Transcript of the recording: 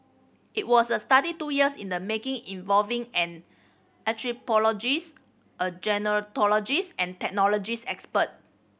it was a study two years in the making involving an anthropologist a gerontologist and technology experts